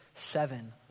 seven